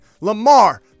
Lamar